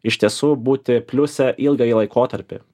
iš tiesų būti pliuse ilgąjį laikotarpį